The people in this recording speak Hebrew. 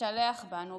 השתלח בנו,